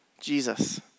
Jesus